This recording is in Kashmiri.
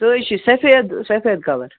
سُہ حظ چھِ سَفید سَفید کَلَر